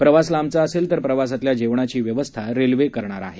प्रवास लांबचा असेल तर प्रवासातल्या जेवणाची व्यवस्था रेल्वे करणार आहे